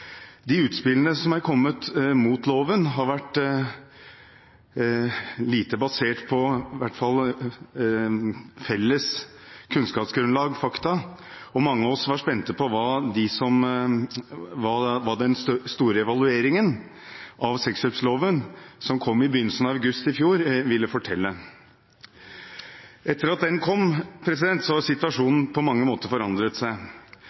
De utspillene som er kommet mot loven, har vært lite basert på felles kunnskapsgrunnlag og fakta, og mange av oss var spente på hva den store evalueringen av sexkjøpsloven som kom i begynnelsen av august i fjor, ville fortelle. Etter at den kom, har situasjonen på mange måter forandret seg.